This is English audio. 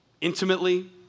intimately